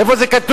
איפה זה כתוב?